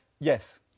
Yes